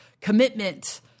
commitment